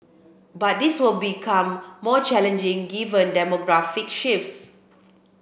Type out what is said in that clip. but this will become more challenging given demographic shifts